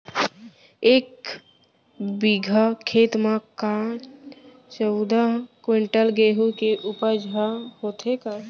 एक बीघा खेत म का चौदह क्विंटल गेहूँ के उपज ह होथे का?